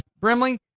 Brimley